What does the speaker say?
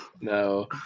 No